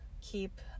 keep